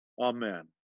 Amen